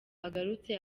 agarutse